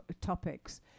topics